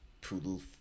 Poodle